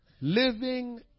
Living